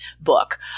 book